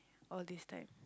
all these time